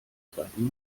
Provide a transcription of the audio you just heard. zweiten